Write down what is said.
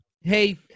Hey